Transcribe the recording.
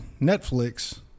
Netflix